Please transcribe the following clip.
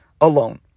alone